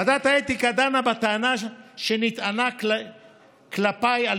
ועדת האתיקה דנה בטענה שנטענה כלפיי על